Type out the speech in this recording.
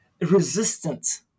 resistant